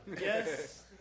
yes